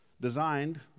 designed